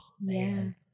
man